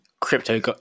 crypto